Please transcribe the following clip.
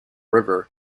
river